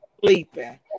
sleeping